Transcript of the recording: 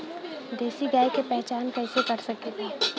देशी गाय के पहचान कइसे कर सकीला?